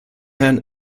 herrn